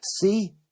See